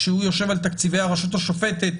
כשהוא יושב על תקציבי הרשות השופטת,